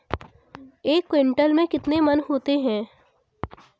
एक क्विंटल में कितने मन होते हैं?